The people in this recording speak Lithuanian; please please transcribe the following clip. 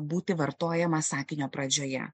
būti vartojama sakinio pradžioje